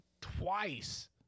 twice